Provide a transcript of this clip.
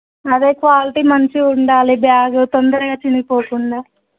అదే క్వాలిటీ మంచిగా ఉండాలి బ్యాగ్ తొందరగా చినిగిపోకుండా